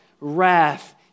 wrath